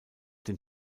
den